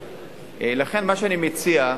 לכן, מה שאני מציע,